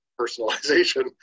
personalization